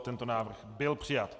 Tento návrh byl přijat.